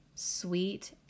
sweet